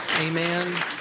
Amen